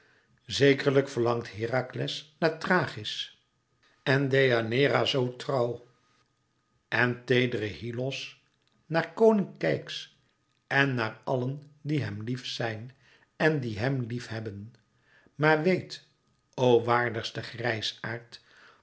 zekerlijk verlangt herakles naar thrachis en deianeira zoo trouw en teederen hyllos naar koning keyx en naar allen die hem lief zijn en die hem lief hebben maar weet o waardigste